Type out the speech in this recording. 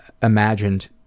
imagined